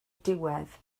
diwedd